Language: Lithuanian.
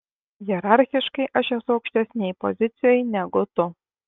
hierarchiškai aš esu aukštesnėj pozicijoj negu tu